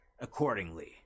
accordingly